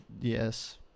Yes